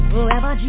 Forever